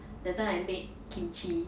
that time I made kimchi